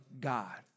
God